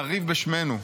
לריב בשמנו.